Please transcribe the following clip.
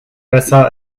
besser